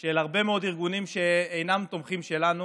של הרבה מאוד ארגונים שאינם תומכים שלנו